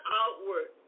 outward